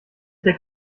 der